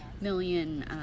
million